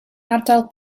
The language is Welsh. ardal